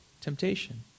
temptation